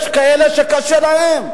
יש כאלה שקשה להם,